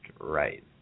right